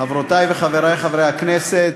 גברתי היושבת-ראש, חברותי וחברי חברי הכנסת,